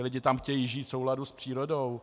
Lidé tam chtějí žít v souladu s přírodou.